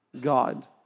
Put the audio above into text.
God